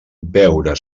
beure